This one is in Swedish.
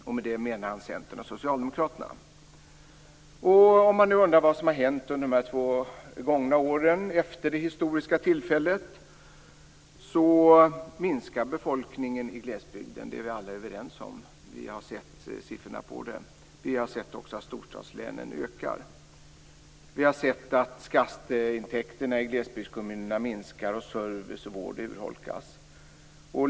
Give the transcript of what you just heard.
Med det menade han då samsynen mellan Centern och Socialdemokraterna. Vad som har hänt under de två gångna åren efter det historiska tillfället är att befolkningen i glesbygden har minskat. Det är vi alla överens om. Vi har sett siffror på det. Vi har också sett att befolkningen i storstadslänen ökar. Vi har sett att skatteintäkterna i glesbygdskommunerna minskar och att service och vård urholkas.